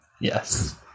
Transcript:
Yes